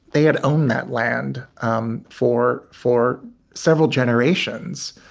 they had owned that land um for for several generations.